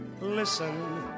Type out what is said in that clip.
Listen